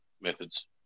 methods